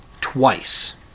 twice